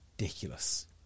ridiculous